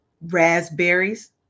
Raspberries